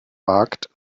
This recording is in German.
wagt